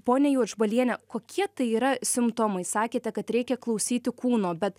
ponia juodžbaliene kokie tai yra simptomai sakėte kad reikia klausyti kūno bet